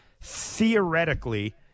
theoretically